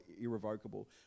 irrevocable